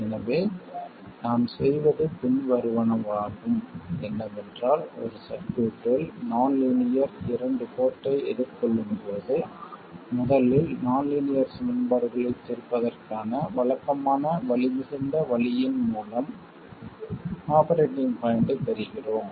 எனவே நாம் செய்வது பின்வருவனவாகும் என்னவென்றால் ஒரு சர்க்யூட்டில் நான் லீனியர் இரண்டு போர்ட்டை எதிர்கொள்ளும்போது முதலில் நான் லீனியர் சமன்பாடுகளைத் தீர்ப்பதற்கான வழக்கமான வலிமிகுந்த வழியின் மூலம் ஆபரேட்டிங் பாய்ண்ட்டைப் பெறுகிறோம்